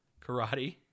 karate